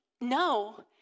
no